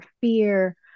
fear